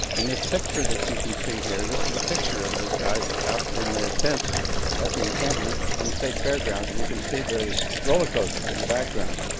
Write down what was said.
in this picture that you can see here, this is a picture of the guys out in their tents at the encampment on the state fairgrounds and you can see the rollercoaster in the background.